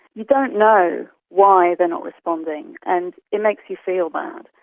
you don't know why they are not responding, and it makes you feel bad.